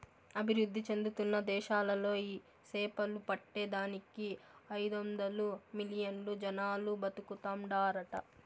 అభివృద్ధి చెందుతున్న దేశాలలో ఈ సేపలు పట్టే దానికి ఐదొందలు మిలియన్లు జనాలు బతుకుతాండారట